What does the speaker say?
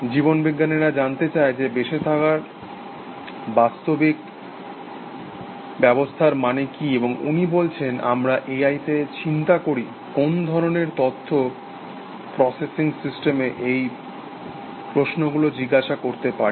জীববিজ্ঞানীরা জানতে চায় বেঁচে থাকার বাস্তবিক ব্যবস্থার মানে কি এবং উনি বলছেন আমরা এআইতে চিন্তা করি কোন ধরণের তথ্য প্রসেসিং সিস্টেমে এই প্রশ্নগুলো জিজ্ঞাসা করতে পারি